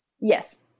Yes